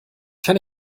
kann